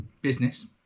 business